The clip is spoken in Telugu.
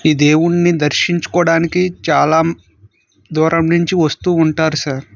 ఈ దేవున్ని దర్శించుకోవడానికి చాలా దూరం నుండి వస్తు ఉంటారు సార్